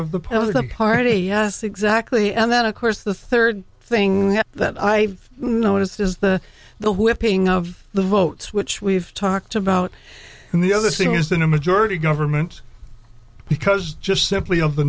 political party yes exactly and that of course the third thing that i've noticed is the the whipping of the votes which we've talked about and the other thing is that a majority government because just simply of the